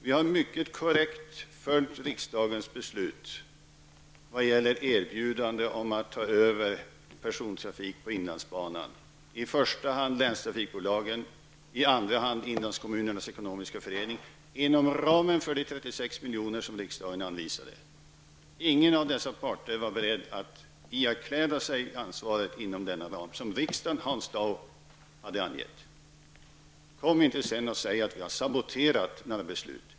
Vi har mycket korrekt följt riksdagens beslut när det gäller erbjudandet -- i första hand från länstrafikbolagen, i andra hand från inlandskommunernas ekonomiska förening -- om att ta över persontrafiken på inlandsbanan -- inom ramen för de 36 milj.kr. som riksdagen har anvisat. Ingen av dessa parter var beredd att ikläda sig ansvaret inom denna ram som riksdagen hade angivit. Kom inte sedan och säg att regeringen har saboterat några beslut.